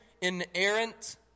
inerrant